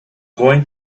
going